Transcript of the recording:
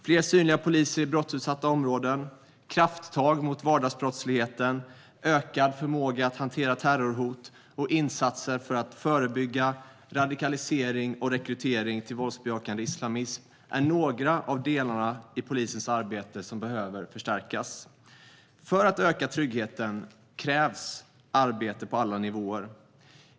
Fler synliga poliser i brottsutsatta områden, krafttag mot vardagsbrottsligheten, ökad förmåga att hantera terrorhot och insatser för att förebygga radikalisering och rekrytering till våldsbejakande islamism är några delar i polisens arbete som behöver förstärkas. För att öka tryggheten krävs arbete på alla nivåer.